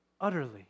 utterly